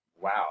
wow